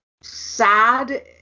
sad